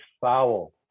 foul